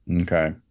Okay